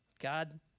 God